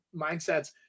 mindsets